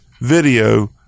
video